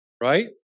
Right